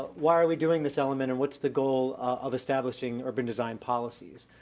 why are we doing this element and what's the goal of establishing urban design policies?